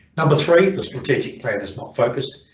number three. the strategic plan is not focused,